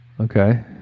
Okay